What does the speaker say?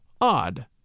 Odd